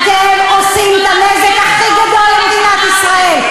אתם עושים את הנזק הכי גדול למדינת ישראל.